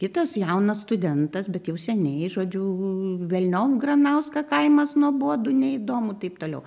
kitas jaunas studentas bet jau seniai žodžiu velniop granauską kaimas nuobodu neįdomu taip toliau